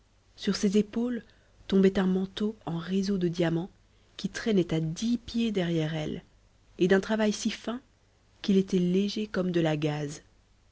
sur ses épaules tombait un manteau en réseau de diamants qui traînait à dix pieds derrière elle et d'un travail si fin qu'il était léger comme de la gaze